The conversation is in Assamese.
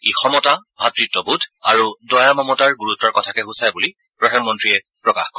ই সমতা ভাতৃত্ববোধ আৰু দয়া মমতাৰ গুৰুত্বৰ কথাকে সূচায় বুলি প্ৰধানমন্ত্ৰীয়ে প্ৰকাশ কৰে